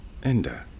Enda